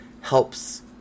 helps